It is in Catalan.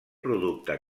producte